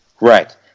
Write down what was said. Right